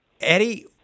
Eddie